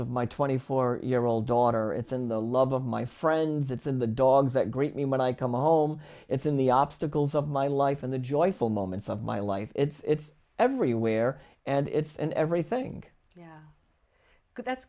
of my twenty four year old daughter it's in the love of my friends it's in the dogs that greet me when i come home it's in the obstacles of my life in the joyful moments of my life it's everywhere and it's an everything yeah that's